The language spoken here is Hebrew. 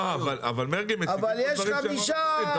אבל מרגי, מציגים פה דברים שהם לא נכונים.